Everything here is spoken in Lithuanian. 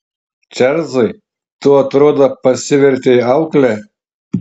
čarlzai tu atrodo pasivertei aukle